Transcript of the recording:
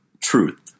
truth